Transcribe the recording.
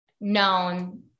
known